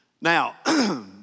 Now